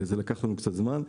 זה לקח לנו קצת זמן.